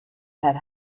had